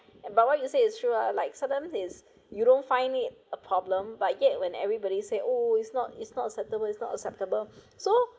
but what you say is true lah like sometime it's you don't find it a problem but yet when everybody say oh it's not it's not acceptable it's not acceptable so you